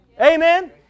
Amen